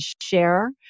share